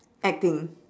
acting